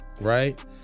Right